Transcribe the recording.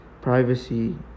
privacy